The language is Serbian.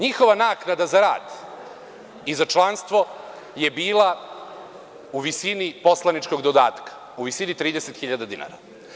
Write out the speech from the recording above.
Njihova naknada za rad i za članstvo je bila u visini poslaničkog dodatka, u visini od 30.000 dinara.